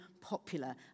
popular